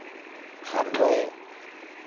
हर्रै